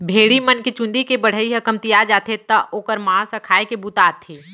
भेड़ी मन के चूंदी के बढ़ई ह कमतिया जाथे त ओकर मांस ह खाए के बूता आथे